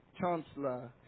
Chancellor